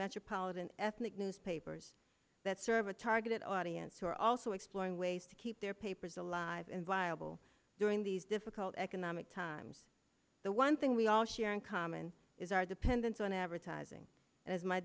metropolitan ethnic newspapers that serve a targeted audience who are also exploring ways to keep their papers alive and viable during these difficult economic times the one thing we all share in common is our dependence on advertising a